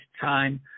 time